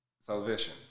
salvation